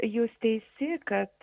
jūs teisi kad